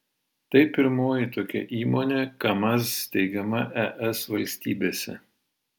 tai pirmoji tokia įmonė kamaz steigiama es valstybėse